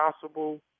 possible